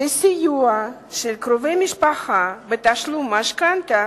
שסיוע של קרובי משפחה בתשלום משכנתה